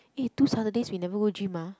eh two Saturdays we never go gym ah